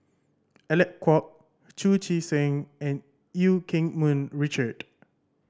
Alec Kuok Chu Chee Seng and Eu Keng Mun Richard